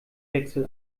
wechsel